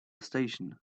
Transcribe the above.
station